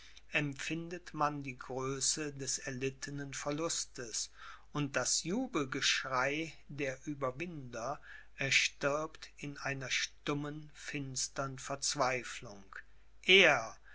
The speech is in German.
empfindet man die ganze größe des erlittenen verlustes und das jubelgeschrei der ueberwinder erstirbt in einer stummen finstern verzweiflung er